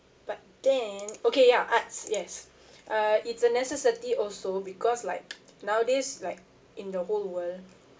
but then okay ya arts yes uh it's a necessity also because like nowadays like in the whole world